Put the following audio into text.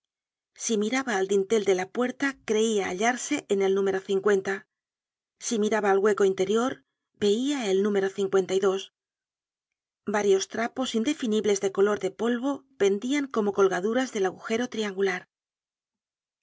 si miraba al dintel de la puerta creia hallarse en el número si miraba al hueco interior veia el número varios trapos indefinibles de coloide polvo pendian como colgaduras del agujero triangular